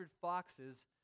foxes